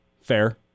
Fair